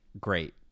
great